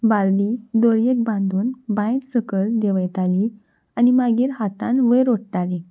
बाल्दी दोरयेक बांदून बांयंत सकयल देंवयताली आनी मागीर हातान वयर ओडटालीं